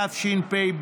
התשפ"ב